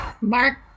Mark